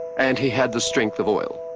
and he had the strength of oil.